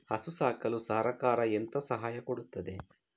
ಹಸು ಸಾಕಲು ಸರಕಾರ ಎಂತ ಸಹಾಯ ಕೊಡುತ್ತದೆ?